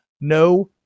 no